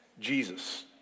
Jesus